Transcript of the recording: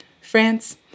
France